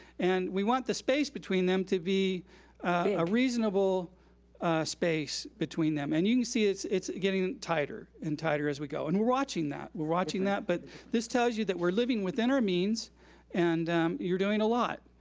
and we want the space between them to be a reasonable space between them. and you can see it's it's getting tighter and tighter as we go. and we're watching that. we're watching that, but this tells you that we're living within our means and you're doing a lot.